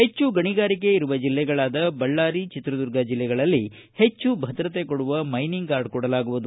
ಹೆಚ್ಚು ಗಣಿಗಾರಿಕೆ ಇರುವ ಜಿಲ್ಲೆಗಳಾದ ಬಳ್ಳಾರಿ ಚಿತ್ರದುರ್ಗ ಜಿಲ್ಲೆಗಳಲ್ಲಿ ಹೆಚ್ಚು ಭದ್ರತೆ ಕೊಡುವ ಮೈನಿಂಗ್ ಗಾರ್ಡ ಕೊಡಲಾಗುವುದು